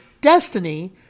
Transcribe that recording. destiny